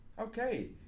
Okay